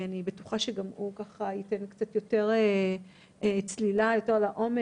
אני בטוחה שגם הוא ייתן קצת יותר צלילה לעומק,